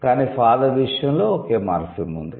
కానీ 'ఫాదర్' విషయంలో ఒకే మార్ఫిమ్ ఉంది